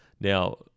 Now